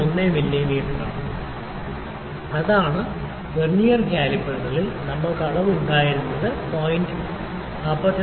01 മില്ലിമീറ്ററാണ് അതാണ് വെർനിയർ കാലിപ്പറുകളിൽ നമ്മൾക്ക് അളവ് ഉണ്ടായിരുന്നത് 44